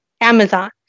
Amazon